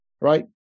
right